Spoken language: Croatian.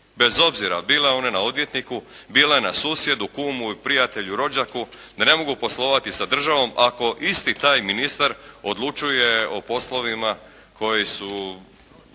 bez obzira bile one na odvjetniku, bile na susjedu, kumu, prijatelju, rođaku. Da ne mogu poslovati sa državom ako isti taj ministar odlučuje o poslovima koji su,